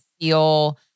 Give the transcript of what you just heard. feel